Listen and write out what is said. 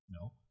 No